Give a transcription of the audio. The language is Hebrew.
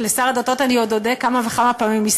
לשר הדתות אני עוד אודה כמה וכמה פעמים,